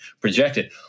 projected